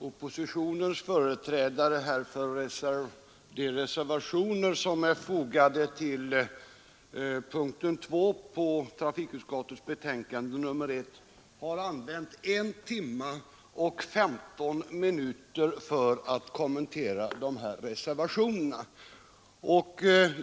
Herr talman! Företrädarna inom oppositionen för de reservationer som är fogade vid punkten 2 i trafikutskottets betänkande nr 1 har använt 1 timme 15 minuter för att kommentera dessa reservationer.